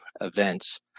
events